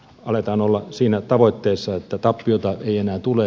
aletaan olla siinä tavoitteessa että tappiota ei enää tule